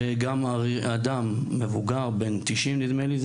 מקרה נוסף הוא של אדם בן 90 נדמה לי,